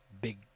big